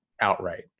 outright